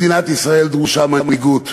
למדינת ישראל דרושה מנהיגות,